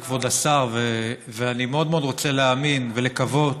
וכבוד השר, ואני מאוד מאוד רוצה להאמין ולקוות